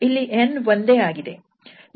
ಇಲ್ಲಿ 𝑛 ಒಂದೇ ಆಗಿದೆ